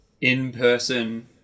in-person